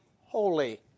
holy